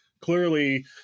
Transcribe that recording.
Clearly